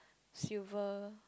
silver